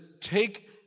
take